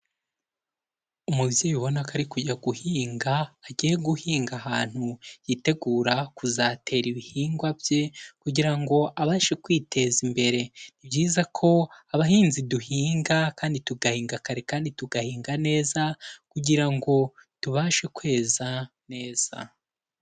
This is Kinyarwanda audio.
Umubyeyi ubona ko ari kujya guhinga, agiye guhinga ahantu yitegura kuzatera ibihingwa bye, kugira ngo abashe kwiteza imbere. Ni byiza ko abahinzi duhinga kandi tugahinga kare kandi tugahinga neza, kugira ngo tubashe kweza neza.